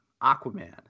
Aquaman